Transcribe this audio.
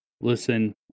listen